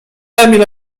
emil